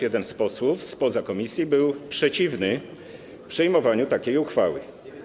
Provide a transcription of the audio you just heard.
Jeden z posłów spoza komisji był przeciwny przyjmowaniu takiej uchwały.